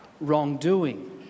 wrongdoing